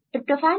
tryptophan